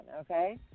okay